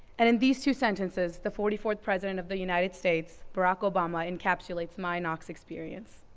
and in these two sentences, the forty fourth president of the united states, barack obama encapsulates my knox experience.